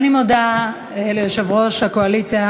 אני מודה ליושב-ראש הקואליציה,